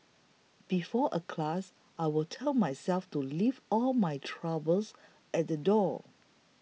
before a class I will tell myself to leave all my troubles at the door